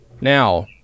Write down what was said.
Now